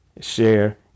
share